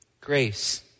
Grace